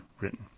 written